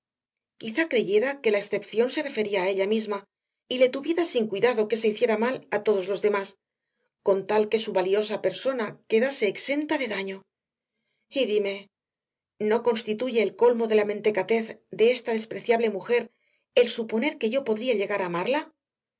quizá creyera que la excepción se refería a ella misma y le tuviera sin cuidado que se hiciera mal a todos los demás con tal que su valiosa persona quedase exenta de daño y dime no constituye el colmo de la mentecatez de esta despreciable mujer el suponer que yo podría llegar a amarla